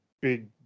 big